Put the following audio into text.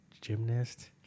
gymnast